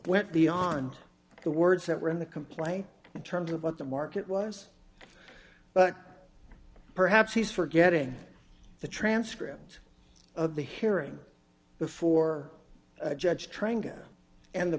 went beyond the words that were in the complaint in terms of what the market was but perhaps he's forgetting the transcript of the hearing before a judge trying again and the